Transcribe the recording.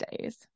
days